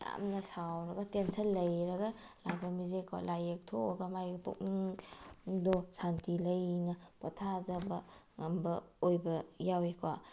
ꯌꯥꯝꯅ ꯁꯥꯎꯔꯒ ꯇꯦꯟꯁꯟ ꯂꯩꯔꯒ ꯂꯥꯛꯄ ꯃꯤꯁꯦꯀꯣ ꯂꯥꯏ ꯌꯦꯛꯊꯣꯛꯑꯒ ꯃꯥꯒꯤ ꯄꯨꯛꯅꯤꯡ ꯗꯣ ꯁꯥꯟꯇꯤ ꯂꯩꯅ ꯄꯣꯊꯥꯖꯕ ꯉꯝꯕ ꯑꯣꯏꯕ ꯌꯥꯎꯏ ꯀꯣ